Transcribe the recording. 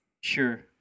Sure